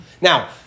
Now